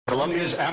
Colombia's